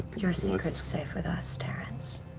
your secret's safe with us, terrence.